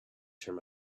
turn